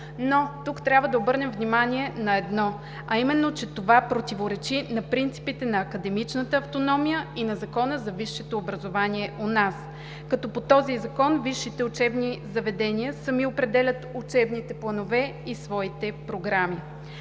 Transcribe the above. но тук трябва да обърнем внимание на едно, а именно, че това противоречи на принципите на академичната автономия и на Закона за висшето образование у нас, като по този Закон висшите учебни заведения сами определят учебните планове и своите програми.